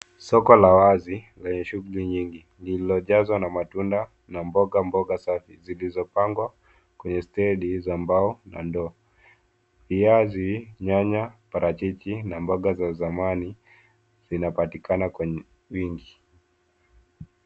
Soko la wazi enye shuguli nyingi lililojazwa na matunda na mboga safi zilizopangwa kwenye stendi za mbao na ndoo. Viazi, nyanya, parachichi na mboga za zamani zinapatikana kwa wingi.